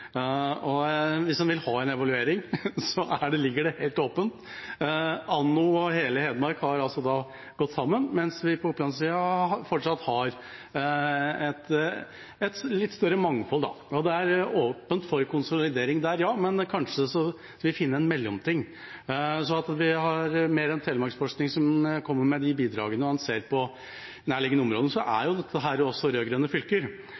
Hvis en vil ha en evaluering, ligger den helt åpen: Anno og hele Hedmark har gått sammen, mens vi på Oppland-siden fortsatt har et litt større mangfold. Det er åpent for konsolidering der, ja, men kanskje skal vi finne en mellomting. Vi har flere enn Telemarksforsking som kommer med disse bidragene. Når en ser på nærliggende områder, er dette også rød-grønne fylker.